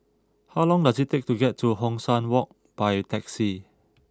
how long does it take to get to Hong San Walk by taxi